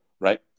right